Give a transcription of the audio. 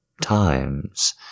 times